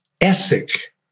ethic